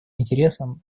интересам